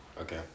Okay